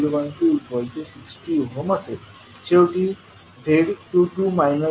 शेवटी z22 z2130आहे